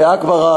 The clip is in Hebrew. בעכברה,